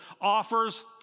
offers